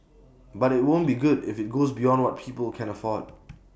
but IT won't be good if IT goes beyond what people can afford